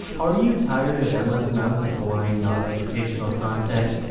are you tired of endless amounts of boring, non-educational content?